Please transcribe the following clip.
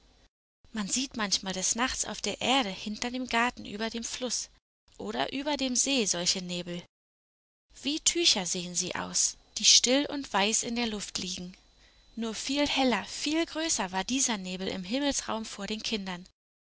man sieht manchmal des nachts auf der erde hinter dem garten über dem fluß oder über dem see solche nebel wie tücher sehen sie aus die still und weiß in der luft liegen nur viel heller viel größer war dieser nebel im himmelsraum vor den kindern